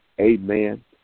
Amen